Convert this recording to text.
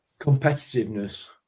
competitiveness